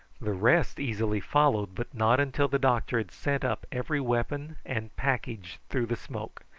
the rest easily followed, but not until the doctor had sent up every weapon and package through the smoke.